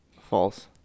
False